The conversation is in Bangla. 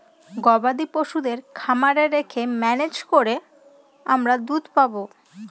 গবাদি পশুদের খামারে রেখে ম্যানেজ করে আমরা দুধ পাবো